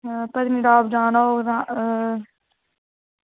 हां पत्नीटॉप जाना होग तां